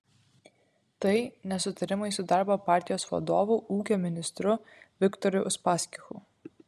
tai nesutarimai su darbo partijos vadovu ūkio ministru viktoru uspaskichu